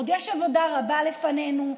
עוד יש עבודה רבה לפנינו,